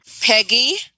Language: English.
Peggy